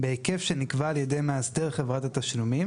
בהיקף שנקבע על ידי מאסדר (חברת התשלומים),